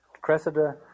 Cressida